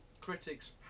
critics